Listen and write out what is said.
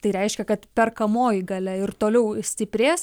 tai reiškia kad perkamoji galia ir toliau stiprės